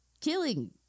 killing